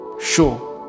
show